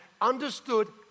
understood